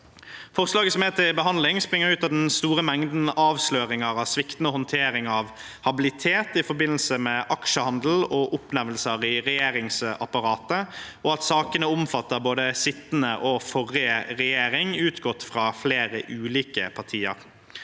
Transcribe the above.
Forslaget som er til behandling, springer ut av den store mengden avsløringer av sviktende håndtering av habilitet i forbindelse med aksjehandel og oppnevnelser i regjeringsapparatet. Sakene omfatter både sittende og forrige regjering, utgått fra flere ulike partier.